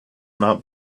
not